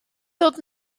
dod